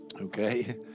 okay